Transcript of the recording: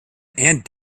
and